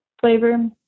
flavor